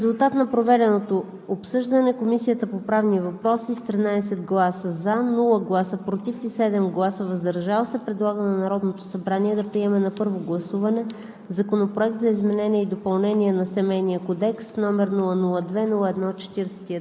чрез иск, предявен в едногодишен срок от узнаването. В резултат на проведеното обсъждане, Комисията по правни въпроси с 13 „за“, без „против“ и 7 „въздържал се“, предлага на Народното събрание да приеме на първо гласуване